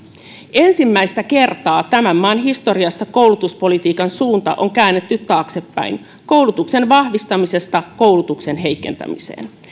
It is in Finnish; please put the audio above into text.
ensimmäistä kertaa tämän maan historiassa koulutuspolitiikan suunta on käännetty taaksepäin koulutuksen vahvistamisesta koulutuksen heikentämiseen